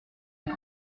est